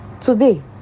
Today